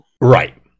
Right